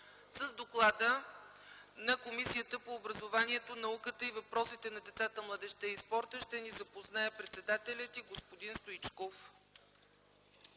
С доклада на Комисията по образованието, науката и въпросите на децата, младежта и спорта ще ни запознае председателят й господин Огнян Стоичков.